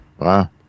Wow